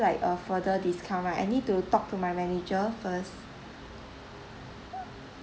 like a further discount right I need to talk to my manager first